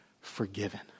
forgiven